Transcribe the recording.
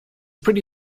pretty